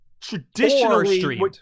traditionally